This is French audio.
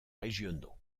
régionaux